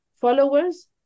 followers